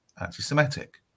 anti-semitic